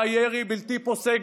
היה ירי בלתי פוסק.